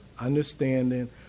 understanding